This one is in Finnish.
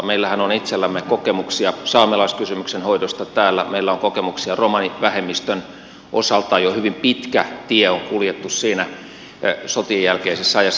meillähän on itsellämme kokemuksia saamelaiskysymyksen hoidosta täällä meillä on kokemuksia romanivähemmistön osalta jo hyvin pitkä tie on kuljettu siinä sotien jälkeisessä ajassa